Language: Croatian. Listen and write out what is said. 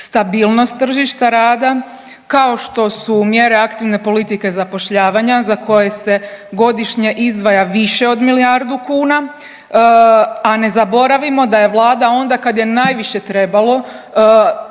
stabilnost tržišta rada kao što su mjere aktivne politike zapošljavanja, za koje se godišnje izdvaja više od milijardu kuna. A ne zaboravimo da je vlada onda kada je najviše trebalo,